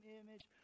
image